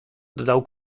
dodał